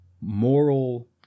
moral